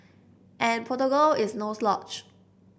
and Portugal is no slouch